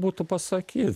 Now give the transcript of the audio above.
būtų pasakyt